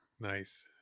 Nice